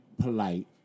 polite